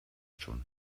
schon